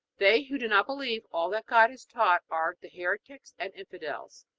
they who do not believe all that god has taught are the heretics and infidels.